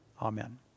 Amen